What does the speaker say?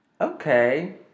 Okay